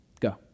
Go